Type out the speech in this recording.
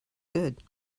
good